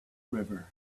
river